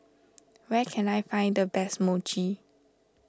where can I find the best Mochi